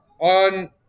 on